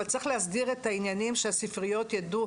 אבל צריך להסדיר את העניינים שהספריות ידעו,